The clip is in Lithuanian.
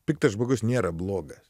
piktas žmogus nėra blogas